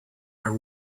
are